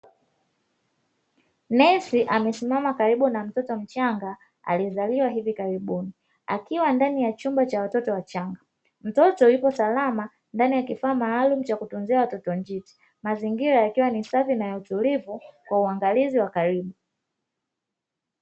Nesi amesimama karibu na mtoto mchanga aliyezaliwa hivi karibuni, akiwa ndani ya chumba cha watoto wachanga mtoto yuko salama ndani ya kifaa maalum cha kutunzia watoto njiti. Mazingira yakiwa ni safi na ya utulivu kwa uangalizi wa karibu.